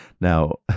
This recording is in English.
Now